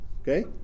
okay